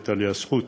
הייתה לי הזכות,